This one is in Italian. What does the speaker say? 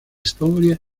storie